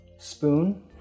Spoon